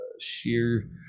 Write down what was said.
sheer